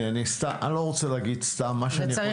אני לא רוצה להגיד סתם מה שאני יכול,